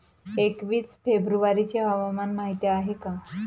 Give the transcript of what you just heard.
एकवीस फेब्रुवारीची हवामान माहिती आहे का?